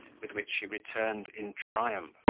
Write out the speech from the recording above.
with which she returned in triumph.